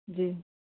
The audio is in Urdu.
جی